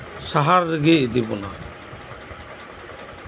ᱥᱟᱦᱟᱨ ᱨᱮᱜᱮ ᱤᱫᱤ ᱵᱚᱱᱟ